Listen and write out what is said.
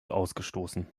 ausgestoßen